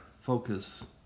focus